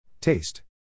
Taste